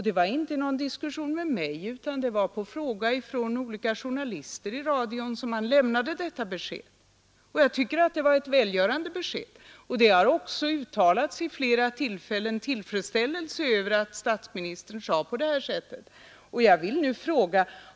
Det var inte på en fråga från mig utan på en fråga från olika journalister i radion som han gav detta besked. Jag tycker att det var ett välgörande besked, och det har vid flera tillfällen också uttalats tillfredsställelse över att statsministern sade detta.